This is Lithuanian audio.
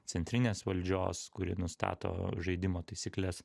centrinės valdžios kuri nustato žaidimo taisykles